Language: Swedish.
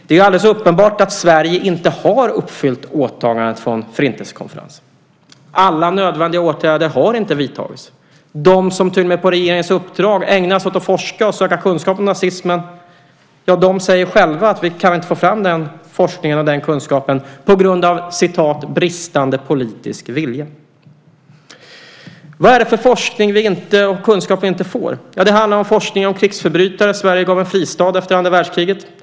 Det är alldeles uppenbart att Sverige inte har uppfyllt åtagandet från Förintelsekonferensen. Alla nödvändiga åtgärder har inte vidtagits. Till och med de som på regeringens uppdrag ägnar sig åt att forska och söka kunskap om nazismen säger själva att de inte kan få fram den forskningen och den kunskapen på grund av bristande politisk vilja. Vad är det för forskning och kunskap vi inte får? Det handlar om forskning om krigsförbrytare som Sverige gav en fristad efter andra världskriget.